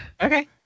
okay